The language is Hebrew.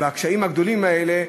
בקשיים הגדולים האלה,